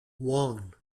one